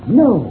no